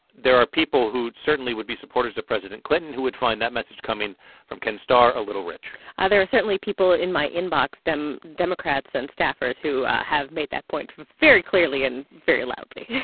there are people who, certainly, would be supporters of president clinton who would find that message coming from ken starr a little rich ah there are certainly people in my inbox democrats and staffers who have made that point very clearly and very loudly yeah